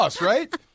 right